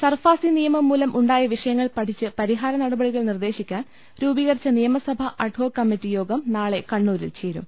SARFAESI നിയമം മൂലം ഉണ്ടായ വിഷയങ്ങൾ പഠിച്ച് പരിഹാര നടപടികൾ നിർദേശിക്കാൻ രൂപീകരിച്ച നിയമസഭാ അഡ്ഹോക്ക് കമ്മറ്റി യോഗം നാളെ കണ്ണൂരിൽ ചേരും